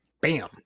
Bam